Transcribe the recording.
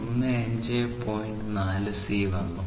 4c വന്നു